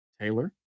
Taylor